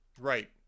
right